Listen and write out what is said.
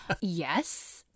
Yes